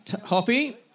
Hoppy